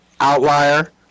outlier